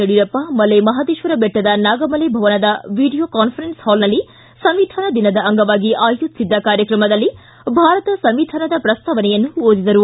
ಯಡಿಯೂರಪ್ಪ ಮಲೆ ಮಹದೇಶ್ವರ ಬೆಟ್ಟದ ನಾಗಮಲೆ ಭವನದ video conference ಹಾಲ್ನಲ್ಲಿ ಸಂವಿಧಾನ ದಿನದ ಅಂಗವಾಗಿ ಆಯೋಜಿಸಿದ್ದ ಕಾರ್ಯಕ್ರಮದಲ್ಲಿ ಭಾರತ ಸಂವಿಧಾನದ ಪ್ರಸ್ತಾವನೆಯನ್ನು ಓದಿದರು